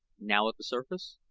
now at the surface,